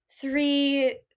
three